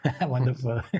Wonderful